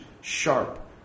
sharp